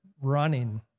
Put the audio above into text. running